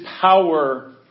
power